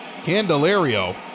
Candelario